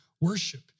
worship